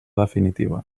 definitiva